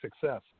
success